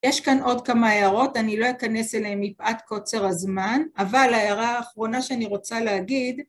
יש כאן עוד כמה הערות, אני לא אכנס אליהן מפעט קוצר הזמן, אבל הערה האחרונה שאני רוצה להגיד...